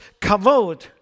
kavod